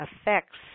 affects